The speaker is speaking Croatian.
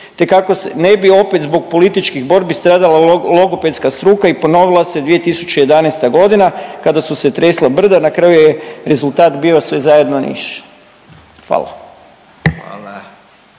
ne bi opet zbog političkih borbi stradala logopedska struka i ponovila se 2011. godina kada su se tresla brda na kraju je rezultat bio sve zajedno niš. Hvala.